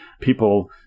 people